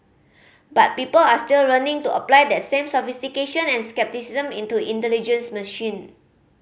but people are still learning to apply that same sophistication and scepticism into intelligent machine